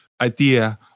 idea